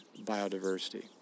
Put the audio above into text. biodiversity